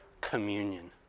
communion